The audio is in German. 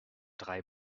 drei